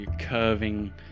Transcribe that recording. curving